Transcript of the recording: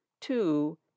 Two